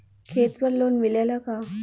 खेत पर लोन मिलेला का?